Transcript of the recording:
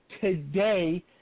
today